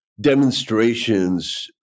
demonstrations